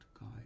guide